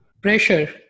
Pressure